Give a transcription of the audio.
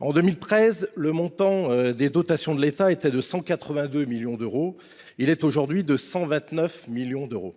En 2013, le montant des dotations de l’État était de 182 millions d’euros ; il est aujourd’hui de 129 millions d’euros.